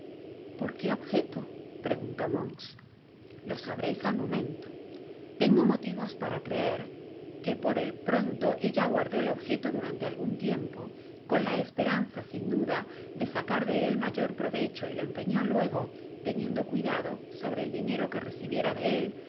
por qué objéto preguntó monks lo sabreis al momento tengo motivos para creer que por el pronto ella guardó el objeto durante algun tiempo con la esperanza sin duda de sacar de él mayor provecho y lo empeñó lúego teniendo cuidado sobre el dinero que recibiera de él